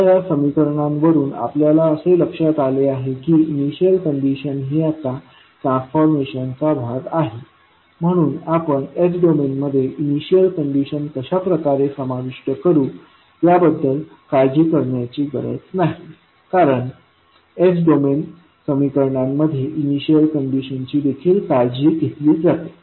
आता या समीकरणांवरून आपल्या असे लक्षात आले आहे की इनिशियल कंडिशन ही आता ट्रान्सफॉर्मेशनचा भाग आहे म्हणून आपण s डोमेनमध्ये इनिशियल कंडिशन कशा प्रकारे समाविष्ट करू याबद्दल काळजी करण्याची गरज नाही कारण s डोमेन समीकरणांमध्ये इनिशियल कंडिशनची देखील काळजी घेतली जाते